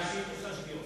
עושה שגיאות.